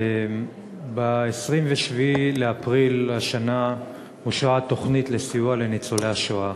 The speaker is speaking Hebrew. ב-27 באפריל השנה אושרה התוכנית לסיוע לניצולי השואה.